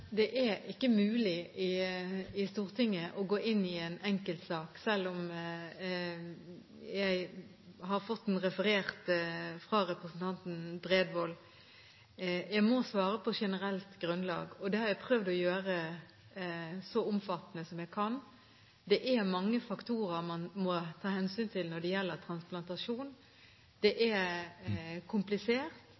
Det er ikke mulig i Stortinget å gå inn i en enkeltsak, selv om jeg har fått den referert fra representanten Bredvold. Jeg må svare på generelt grunnlag, og det har jeg prøvd å gjøre så omfattende som jeg kan. Det er mange faktorer man må ta hensyn til når det gjelder transplantasjon. Det